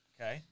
Okay